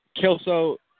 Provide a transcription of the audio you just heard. Kelso